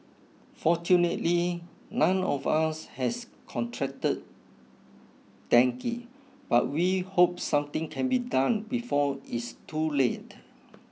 fortunately none of us has contracted dengue but we hope something can be done before it's too late